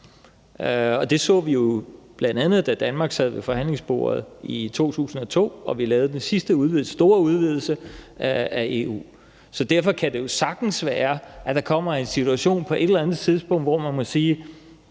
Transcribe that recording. det så vi bl.a., da Danmark sad ved forhandlingsbordet i 2002 og vi lavede den sidste store udvidelse af EU. Så derfor kan det jo sagtens være, at der kommer en situation på et eller andet tidspunkt, hvor man må sige: